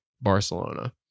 barcelona